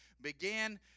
began